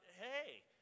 hey